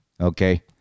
Okay